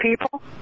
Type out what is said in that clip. people